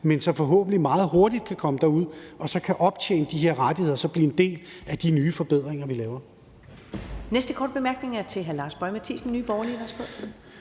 men som forhåbentlig meget hurtigt kan komme derud og optjene de her rettigheder og så blive en del af de nye forbedringer, vi laver.